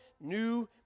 new